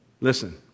Listen